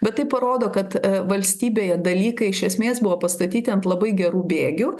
bet tai parodo kad valstybėje dalykai iš esmės buvo pastatyti ant labai gerų bėgių